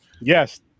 yes